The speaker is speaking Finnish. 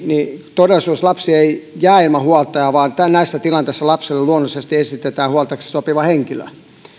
todellisuudessa lapsi ei jää ilman huoltajaa vaan näissä tilanteissa lapselle luonnollisesti esitetään huoltajaksi sopiva henkilö